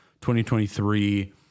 2023